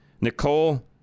Nicole